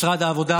משרד העבודה,